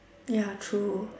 ya true